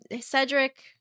Cedric